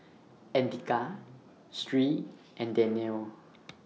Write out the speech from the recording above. Andika Sri and Danial